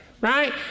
right